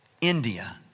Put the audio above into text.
India